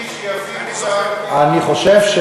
אני זוכר את זה.